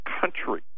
country